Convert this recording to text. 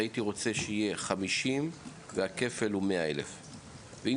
הייתי רוצה שיהיה 50,000 והכפל הוא 100,000. ואם